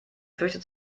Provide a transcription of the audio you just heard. fürchtet